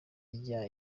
rya